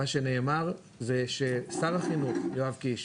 מה שנאמר זה ששר החינוך יואב קיש,